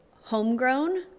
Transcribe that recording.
homegrown